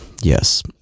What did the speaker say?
Yes